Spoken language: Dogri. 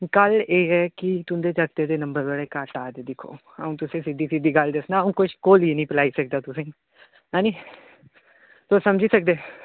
गल्ल एह् ऐ कि तुं'दे जागतै दे नंबर बड़े घट्ट आ दे दिक्खो अ'ऊं तुसें ई सिद्धी सिद्धी गल्ल दस्सना अ'ऊं किश घोलियै निं पलाई सकदा तुसें ई ऐ निं तुस समझी सकदे